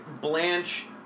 Blanche